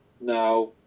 Now